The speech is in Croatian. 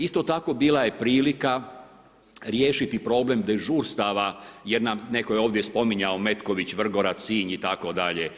Isto tako bila je prilika riješiti problem dežurstava jer nam je netko ovdje spominjao Metković, Vrgorac, Sinj itd.